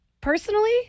Personally